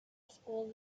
schools